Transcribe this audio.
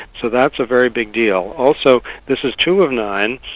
so that's a very big deal. also this is two of nine,